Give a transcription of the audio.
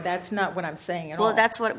that's not what i'm saying well that's what